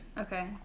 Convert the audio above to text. okay